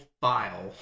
file